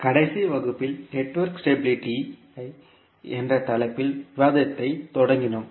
கடைசி வகுப்பில் network stability ஐ என்ற தலைப்பில் விவாதத்தைத் தொடங்கினோம்